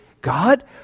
God